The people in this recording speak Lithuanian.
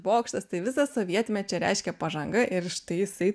bokštas tai visas sovietmečio reiškia pažanga ir štai jisai